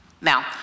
Now